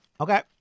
Okay